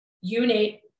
unit